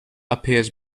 appears